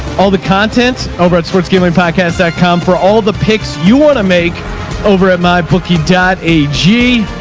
all the content over at sportsgamblingpodcast dot com for all the pics you want to make over at mybookie dot a g.